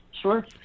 sure